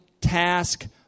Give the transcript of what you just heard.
task